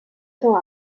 temps